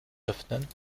öffnen